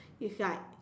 it's like